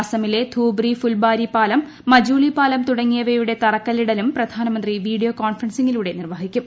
അസമിലെ ധൂബ്രി ഫുൽബാരി പാലം മജൂലി പാലം തുടങ്ങിയവയുടെ തറക്കല്ലിടലും പ്രധാനമന്ത്രി വീഡിയോ കോൺഫറൻസിങ്ങിലൂടെ നിർവ്വഹിക്കും